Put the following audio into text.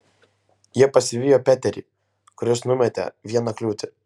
jie pasivijo peterį kuris numetė vieną kliūtį